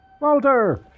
Walter